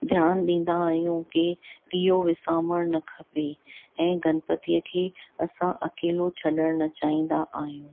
ध्यानु ॾींदा आहियूं की ॾीयो विसामणु न खपे ऐं गणपतीअ खे असां अकेलो छॾणु न चाहींदा आहियूं